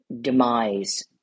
demise